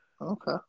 Okay